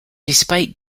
despite